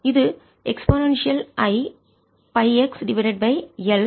இது e i பைX divided by L plus omega t க்கு சமம்